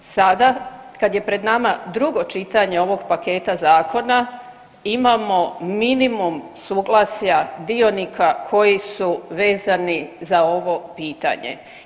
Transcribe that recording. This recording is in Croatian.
Sada kad je pred nama drugo čitanje ovog paketa zakona imamo minimum suglasja dionika koji su vezani za ovo pitanje.